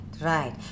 right